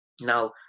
Now